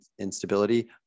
instability